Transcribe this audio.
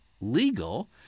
legal